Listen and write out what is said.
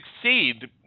succeed